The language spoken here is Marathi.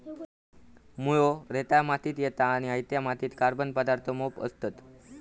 मुळो रेताळ मातीत येता आणि हयत्या मातीत कार्बन पदार्थ मोप असतत